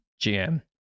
GM